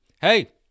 hey